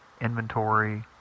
inventory